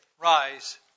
Rise